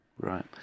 right